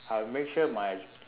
I'll make sure my